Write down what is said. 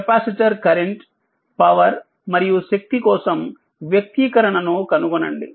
capacitor current power మరియు శక్తి కోసం వ్యక్తీకరణను కనుగొనండి